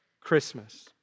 Christmas